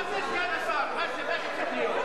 מה זה, סגן השר, מה זה צריך להיות?